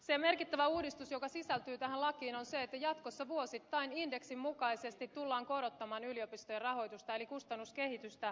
se merkittävä uudistus joka sisältyy tähän lakiin on se että jatkossa vuosittain indeksin mukaisesti tullaan korottamaan yliopistojen rahoitusta kustannuskehitystä vastaavasti